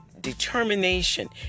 determination